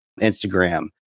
Instagram